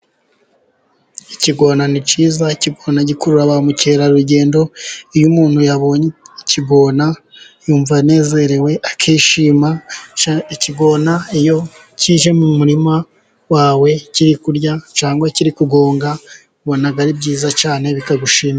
Ikiigona ni cyiza gikurura ba mukerarugendo. Iyo umuntu yabonye kigona yumva anezerewe akishima. Ikigona iyo kije mu murima wawe kiri kurya cyangwa kiri kugonga, ubona ari byiza cyane bikagushimisha.